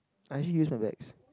I'm here for the ex